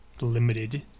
limited